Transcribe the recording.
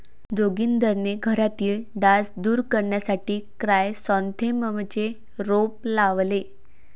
जोगिंदरने घरातील डास दूर करण्यासाठी क्रायसॅन्थेममचे रोप लावले